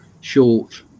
short